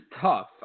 tough